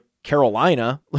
Carolina